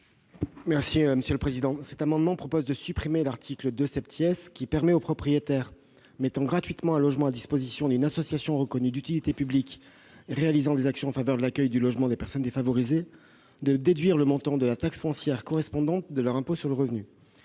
d'État. Le présent amendement tend à supprimer l'article 2 qui permet aux propriétaires mettant gratuitement un logement à la disposition d'une association reconnue d'utilité publique qui réalise des actions en faveur de l'accueil et du logement des personnes défavorisées de déduire le montant de la taxe foncière correspondante de leur impôt sur le revenu.